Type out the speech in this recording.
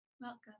Welcome